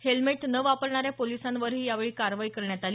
helmet न वापरणाऱ्या पोलिसांवरही यावेळी कारवाई करण्यात आली